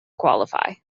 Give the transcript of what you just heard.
qualify